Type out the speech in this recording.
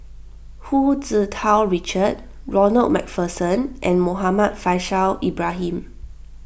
Hu Tsu Tau Richard Ronald MacPherson and Muhammad Faishal Ibrahim